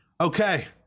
Okay